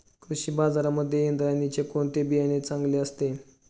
कृषी बाजारांमध्ये इंद्रायणीचे कोणते बियाणे चांगले असते?